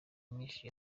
nyinshi